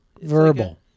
Verbal